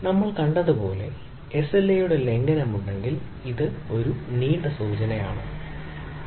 നമ്മൾ കണ്ടതുപോലെ SLA യുടെ ലംഘനമുണ്ടെങ്കിൽ ഇതിന് ഒരു നീണ്ട സൂചനയുണ്ട്